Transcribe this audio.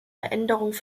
veränderungen